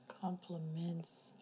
Compliments